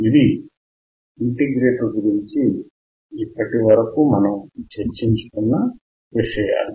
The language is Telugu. ఇవి ఇంటిగ్రేటర్ గురించి ఇప్పటి వరకు మనం చర్చించుకున్న విషయాలు